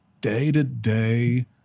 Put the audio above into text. day-to-day